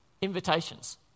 invitations